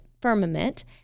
firmament